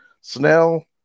Snell